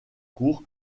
cour